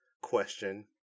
question